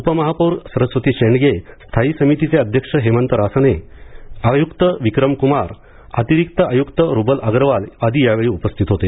उपमहापौर सरस्वती शेंडगे स्थायी समितीचे अध्यक्ष हेमंत रासने आय्क्त विक्रम क्मार अतिरिक्त आय्क्त रुबल अग्रवाल आदी यावेळी उपस्थित होते